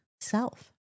self